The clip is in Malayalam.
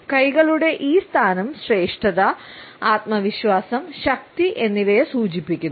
കൈകളുടെ ഈ സ്ഥാനം ശ്രേഷ്ഠത ആത്മവിശ്വാസം ശക്തി എന്നിവയെ സൂചിപ്പിക്കുന്നു